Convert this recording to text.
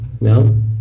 No